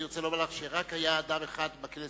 אני רוצה לומר לך שהיה רק אדם אחד בכנסת